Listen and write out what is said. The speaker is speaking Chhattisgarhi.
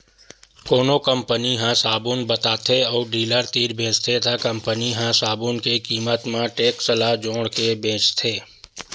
कोनो कंपनी ह साबून बताथे अउ डीलर तीर बेचथे त कंपनी ह साबून के कीमत म टेक्स ल जोड़के बेचथे